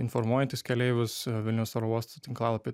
informuojantys keleivius vilniaus oro uosto tinklalapy